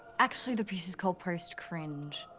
actually the piece is called post-cringe.